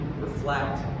reflect